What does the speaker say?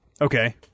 Okay